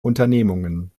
unternehmungen